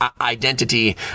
identity